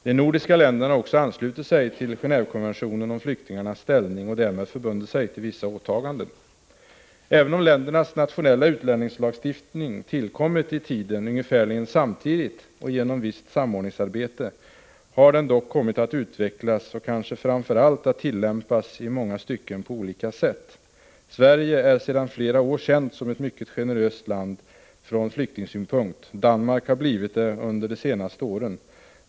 De nordiska länderna har också anslutit sig till Gengvekonventionen om flyktingarnas ställning och därmed förbundit sig att uppfylla vissa åtaganden. Även om ländernas nationella utlänningslagstiftning tillkommit ungefär samtidigt och genom visst samordningsarbete har den dock kommit att utvecklas — och kanske framför allt tillämpas — på olika sätt i många stycken. Sverige är sedan flera år känt som ett mycket generöst land från flyktingsynpunkt. Danmark har blivit det under de senaste åren.